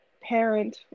parent